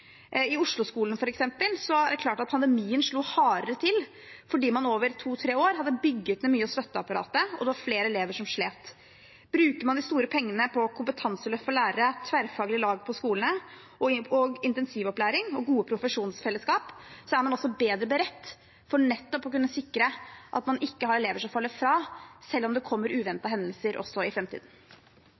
er det klart at pandemien slo hardere til fordi man over to–tre år hadde bygd ned mye av støtteapparatet, og det var flere elever som slet. Bruker man de store pengene på kompetanseløft for lærere, tverrfaglige lag på skolene, intensivopplæring og gode profesjonsfellesskap, er man også bedre beredt for nettopp å kunne sikre at man ikke har elever som faller fra, selv om det kommer uventede hendelser også i